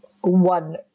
one